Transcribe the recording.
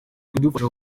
kudufasha